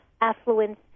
affluence